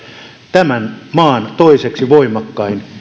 tämän maan toiseksi voimakkain